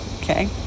okay